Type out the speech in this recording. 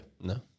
No